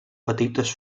petites